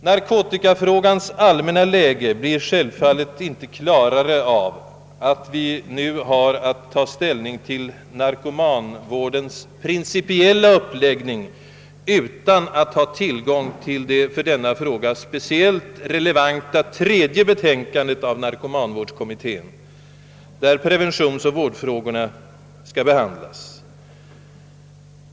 Narkotikafrågans allmänna läge blir självfallet inte klarare av att vi nu har att ta ställning till narkomanvårdens principiella uppläggning utan att ha tillgång till det för denna fråga speciellt relevanta tredje betänkandet från narkomanvårdskommittén, där preventionsoch vårdfrågorna skall behandlas.